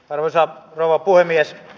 arvoisa rouva puhemies